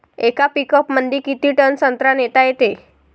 येका पिकअपमंदी किती टन संत्रा नेता येते?